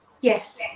Yes